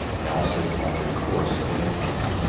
i also altered course away from him.